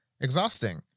exhausting